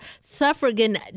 Suffragan